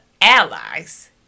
allies